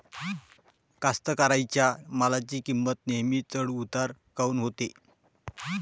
कास्तकाराइच्या मालाची किंमत नेहमी चढ उतार काऊन होते?